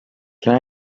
can